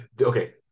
Okay